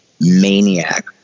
maniac